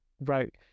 Right